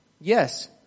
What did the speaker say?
Yes